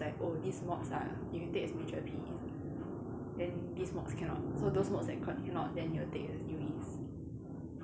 like oh these mods are if you take as major P_E then these mods cannot so those mods that can cannot then you will take as U_Es